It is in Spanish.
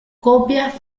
copias